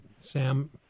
Sam